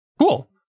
Cool